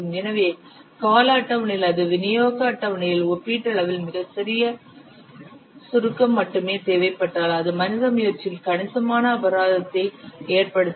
எனவே கால அட்டவணையில் அல்லது விநியோக அட்டவணையில் ஒப்பீட்டளவில் மிகச் சிறிய சுருக்கம் மட்டுமே தேவைப்பட்டால் அது மனித முயற்சியில் கணிசமான அபராதத்தை ஏற்படுத்தும்